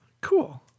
Cool